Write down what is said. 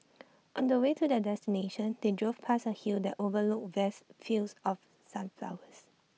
on the way to their destination they drove past A hill that overlooked vast fields of sunflowers